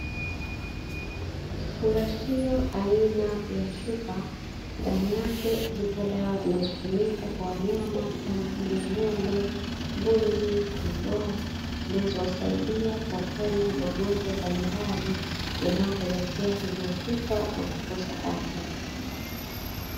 Kifungashio aina ya chupa ndani yake zipo dawa zinazotumika kwa wanyama kama vile: ng’ombe mbuzi, kondoo zinazowasaidia kuwaponya magonjwa mbalimbali yanayopelekea kudhoofika na kukosa afya.